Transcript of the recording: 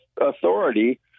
authority